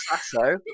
Sasso